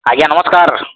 ଆଜ୍ଞା ନମସ୍କାର